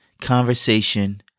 conversation